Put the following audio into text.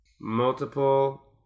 Multiple